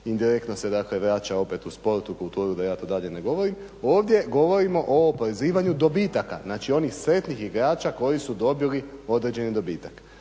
indirektno se dakle vraća opet u sport, u kulturu, da ja to dalje ne govorim. Ovdje govorimo o oporezivanju dobitaka, znači onih sretnih igrača koji su dobili određeni dobitak.